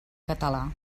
català